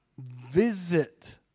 visit